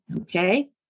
okay